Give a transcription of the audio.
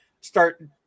start